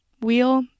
wheel